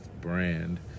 brand